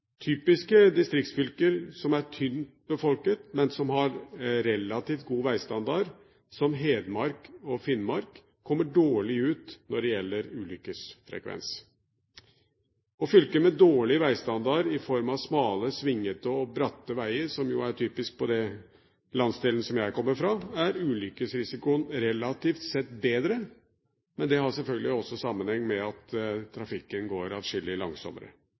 Typiske distriktsfylker som er tynt befolket, men som har relativt god veistandard, som Hedmark og Finnmark, kommer dårlig ut når det gjelder ulykkesfrekvens. I fylker med dårlig veistandard i form av smale, svingete og bratte veier, som er typisk for den landsdelen jeg kommer fra, er ulykkesrisikoen relativt sett bedre, men det har selvfølgelig også sammenheng med at trafikken går atskillig langsommere.